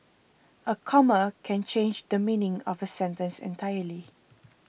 a comma can change the meaning of a sentence entirely